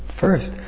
first